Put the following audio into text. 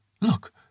look